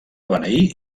beneir